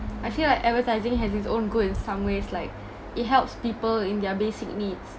I feel like advertising has it's own good in some ways like it helps people in their basic needs